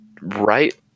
right